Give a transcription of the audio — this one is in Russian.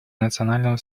национального